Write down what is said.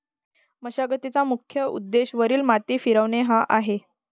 मशागतीचा मुख्य उद्देश वरील माती फिरवणे हा आहे